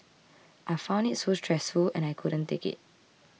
I found it so stressful and I couldn't take it